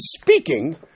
speaking